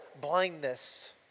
blindness